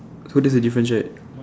so that's the difference right